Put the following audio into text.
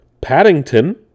Paddington